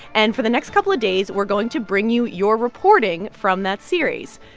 and for the next couple of days, we're going to bring you your reporting from that series.